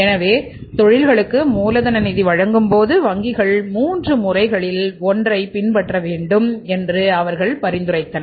எனவே தொழில்களுக்கு மூலதன நிதி வழங்கும் போது வங்கிகள் 3 முறைகளில் ஒன்றைப் பின்பற்ற வேண்டும் என்று அவர்கள் பரிந்துரைத்தனர்